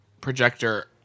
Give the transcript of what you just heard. projector